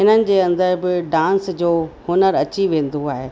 हिननि जे अंदरि बि डांस जो हुनरु अची वेंदो आहे